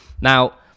Now